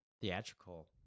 theatrical